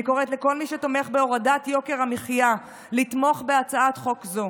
אני קוראת לכל מי שתומך בהורדת יוקר המחיה לתמוך בהצעת חוק זו.